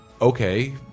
Okay